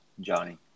Johnny